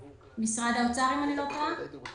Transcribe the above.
משרד האוצר אם אני לא טועה.